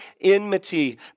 enmity